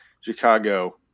chicago